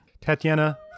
Tatiana